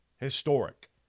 historic